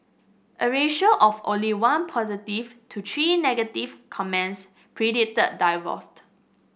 a ratio of only one positive to three negative comments predicted divorce